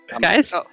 Guys